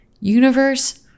universe